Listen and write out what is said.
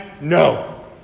no